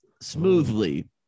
smoothly